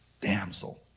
damsel